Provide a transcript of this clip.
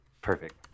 Perfect